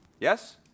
Yes